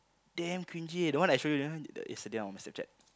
damn cringy eh that one I show you that one the yesterday on the snapchat